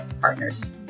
partners